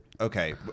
okay